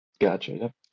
gotcha